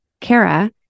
Kara